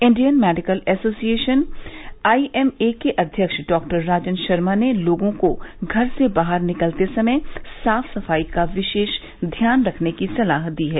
Indian medical association I M A के अध्यक्ष doctor Rajan Sharma ने लोगों को घर से बाहर निकलते समय साफ सफाई का विशेष ध्यान रखने की सलाह दी है